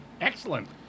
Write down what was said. Excellent